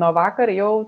nuo vakar jau